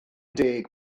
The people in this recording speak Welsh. deg